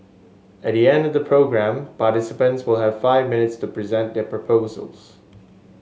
at the end of the programme participants will have five minutes to present their proposals